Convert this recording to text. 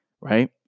right